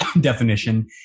definition